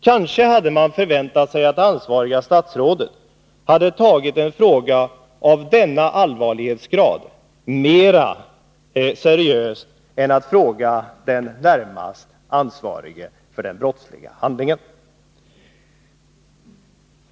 Kanske hade man förväntat att det ansvariga statsrådet skulle ta en fråga av denna allvarlighetsgrad mera seriöst än att bara fråga den för den misstänkta handlingen närmast ansvarige.